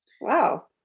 wow